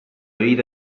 vita